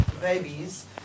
babies